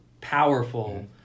powerful